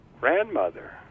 grandmother